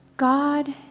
God